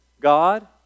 God